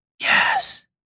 Yes